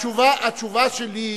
התשובה שלי,